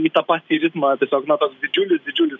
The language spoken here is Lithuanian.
į tą patį ritmą tiesiog na tas didžiulis didžiulis